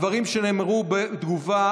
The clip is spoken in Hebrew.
הדברים שנאמרו בתגובה,